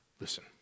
Listen